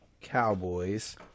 Cowboys